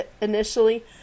initially